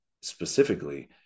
specifically